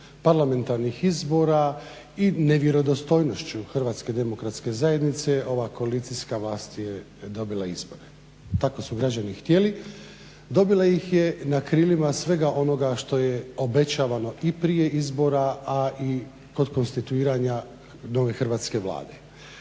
parlamentarnih izbora i nevjerodostojnošću HDZ-a ova koalicijska vlast je dobila izbore. Tako su građani htjeli. Dobila ih je na krilima svega onoga što je obećavano i prije izbora, a i kod konstituiranja nove hrvatske Vlade.